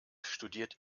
studiert